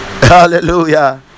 Hallelujah